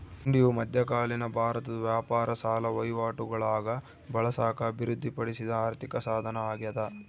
ಹುಂಡಿಯು ಮಧ್ಯಕಾಲೀನ ಭಾರತದ ವ್ಯಾಪಾರ ಸಾಲ ವಹಿವಾಟುಗುಳಾಗ ಬಳಸಾಕ ಅಭಿವೃದ್ಧಿಪಡಿಸಿದ ಆರ್ಥಿಕಸಾಧನ ಅಗ್ಯಾದ